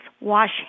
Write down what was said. wash